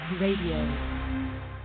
radio